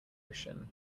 ocean